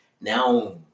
Now